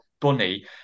Bunny